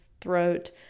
throat